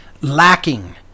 lacking